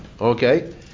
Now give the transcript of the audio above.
Okay